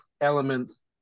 elements